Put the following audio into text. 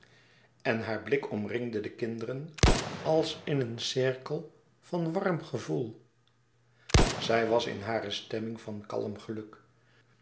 en haar blik omringde de kinderen als in een cirkel van warm gevoel zij was in hare stemming van kalm geluk